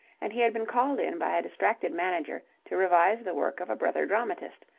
and he had been called in by a distracted manager to revise the work of a brother dramatist,